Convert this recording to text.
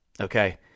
Okay